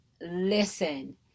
Listen